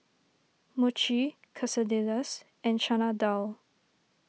Mochi Quesadillas and Chana Dal